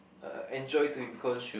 uh enjoy to it because